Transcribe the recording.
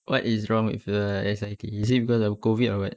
what is wrong with the S_I_T is it because of COVID or what